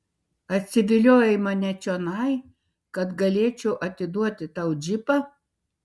atsiviliojai mane čionai kad galėčiau atiduoti tau džipą